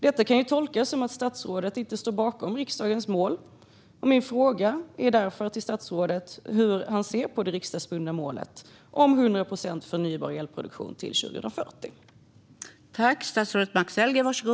Detta kan tolkas som att statsrådet inte står bakom riksdagens mål, och min fråga till statsrådet är därför hur han ser på det riksdagsbundna målet om en 100 procent förnybar elproduktion till 2040.